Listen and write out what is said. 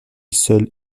seule